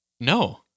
No